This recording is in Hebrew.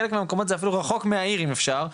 חלק מהמקומות זה אפילו רחוק מהעיר אם אפשר,